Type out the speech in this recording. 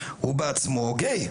הוא בעצמו גיי,